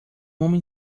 homem